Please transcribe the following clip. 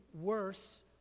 worse